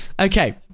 okay